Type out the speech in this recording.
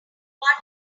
one